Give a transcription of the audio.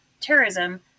terrorism